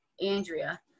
Andrea